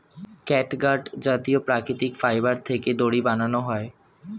catgut জাতীয় প্রাকৃতিক fibre থেকে দড়ি বানানো হয়